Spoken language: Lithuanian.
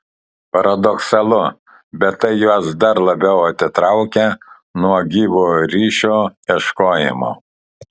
paradoksalu bet tai juos dar labiau atitraukia nuo gyvo ryšio ieškojimo